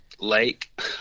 lake